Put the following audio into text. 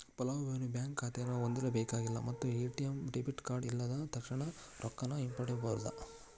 ಫಲಾನುಭವಿ ಬ್ಯಾಂಕ್ ಖಾತೆನ ಹೊಂದಿರಬೇಕಾಗಿಲ್ಲ ಮತ್ತ ಎ.ಟಿ.ಎಂ ಡೆಬಿಟ್ ಕಾರ್ಡ್ ಇಲ್ಲದ ತಕ್ಷಣಾ ರೊಕ್ಕಾನ ಹಿಂಪಡಿಬೋದ್